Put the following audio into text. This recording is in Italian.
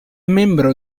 membro